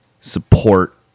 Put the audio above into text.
support